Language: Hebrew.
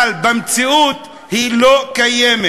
אבל במציאות היא לא קיימת.